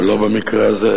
אבל לא במקרה הזה,